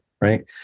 right